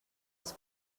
els